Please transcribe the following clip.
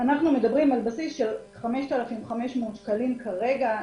אנחנו מדברים על בסיס של 5,500 שקלים כרגע לנער.